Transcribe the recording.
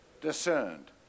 discerned